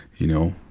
you know,